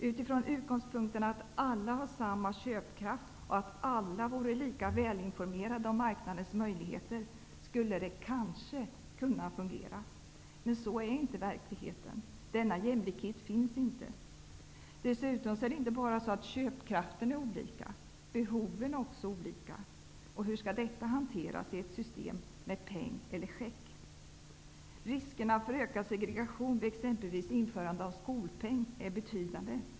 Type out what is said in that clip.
Utifrån utgångspunkten att alla hade samma köpkraft och att alla vore lika välinformerade om marknadens möjligheter skulle det kanske kunna fungera. Men så är det inte i verkligheten. Denna jämlikhet finns inte. Dessutom är inte bara köpkraften olika, utan behoven är också olika. Hur skall detta hanteras i ett system med peng eller check? Riskerna för ökad segregation vid exempelvis införande av skolpeng är betydande.